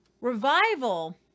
revival